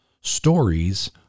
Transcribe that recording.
stories